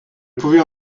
pouvais